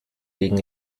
gegen